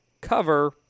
cover